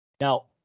now